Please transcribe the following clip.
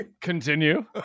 continue